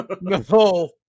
No